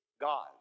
God